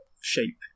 shape